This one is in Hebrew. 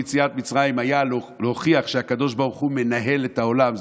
ביציאת מצרים היה להוכיח שהקדוש ברוך הוא מנהל את העולם,